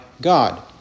God